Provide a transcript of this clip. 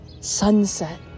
Sunset